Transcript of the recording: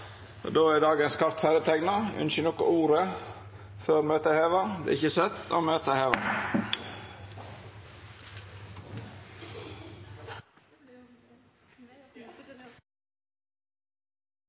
Ynskjer nokon ordet før møtet vert heva? – Det er ikkje sett, og møtet er heva.